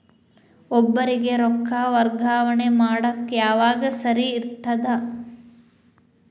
ಒಬ್ಬರಿಗ ರೊಕ್ಕ ವರ್ಗಾ ಮಾಡಾಕ್ ಯಾವಾಗ ಸರಿ ಇರ್ತದ್?